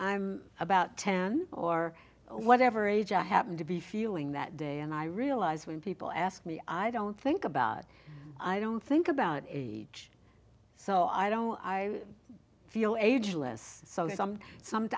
i'm about ten or whatever age i happen to be feeling that day and i realize when people ask me i don't think about it i don't think about age so i don't i feel